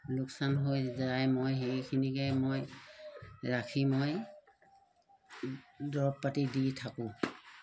লোকচান হৈ যায় মই সেইখিনিকে মই ৰাখি মই দৰৱ পাতি দি থাকোঁ